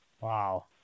Wow